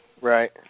right